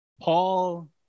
Paul